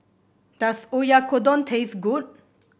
does Oyakodon taste good